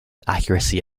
accuracy